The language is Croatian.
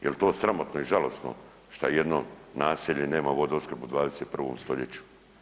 Jel to sramotno i žalosno šta ijedno naselje nema vodoopskrbu u 21. stoljeću?